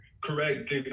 Correct